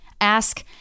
Ask